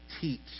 teach